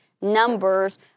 Numbers